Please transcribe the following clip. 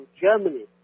Germany